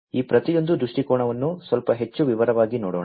ಈ ಪ್ರತಿಯೊಂದು ದೃಷ್ಟಿಕೋನವನ್ನು ಸ್ವಲ್ಪ ಹೆಚ್ಚು ವಿವರವಾಗಿ ನೋಡೋಣ